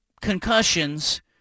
concussions